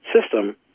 system